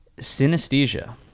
Synesthesia